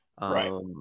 Right